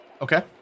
Okay